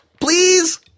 please